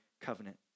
covenant